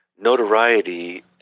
notoriety